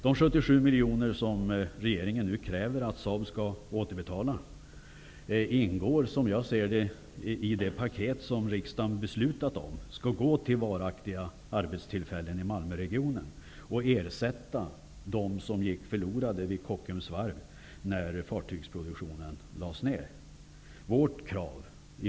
De 77 miljoner som regeringen nu kräver att Saab skall återbetala ingår, som jag ser det, i det paket som riksdagen fattat beslut om skall gå till varaktiga arbetstillfällen i Malmöregionen och ersätta de som gick förlorade vid Kockums Warf när fartygsproduktionen lades ned.